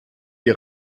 die